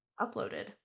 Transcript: uploaded